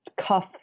cuff